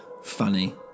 Funny